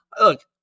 Look